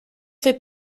fait